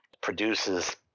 produces